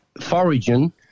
foraging